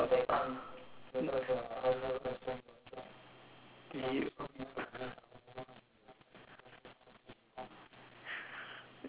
you